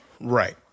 Right